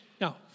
Now